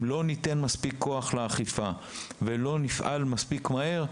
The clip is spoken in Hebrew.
אם לא ניתן מספיק כוח לאכיפה ולא נפעל מספיק מהר,